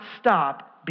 stop